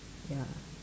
ya